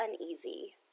uneasy